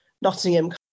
Nottingham